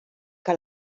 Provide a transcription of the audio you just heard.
que